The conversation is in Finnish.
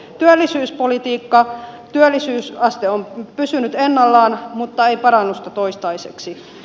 työllisyyspolitiikka työllisyysaste on pysynyt ennallaan mutta ei parannusta toistaiseksi